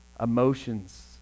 emotions